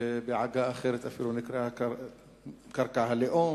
ובעגה אחרת אפילו נקראת "קרקע הלאום",